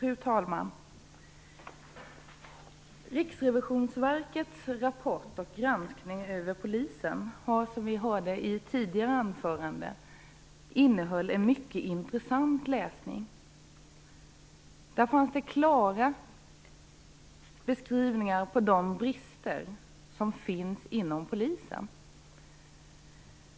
Fru talman! Riksrevisionsverkets rapport och granskning av polisen innehöll, som vi hörde i tidigare anförande, en mycket intressant läsning. Där fanns klara beskrivningar av de brister som finns inom polisen.